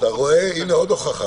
לא עכשיו,